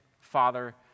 Father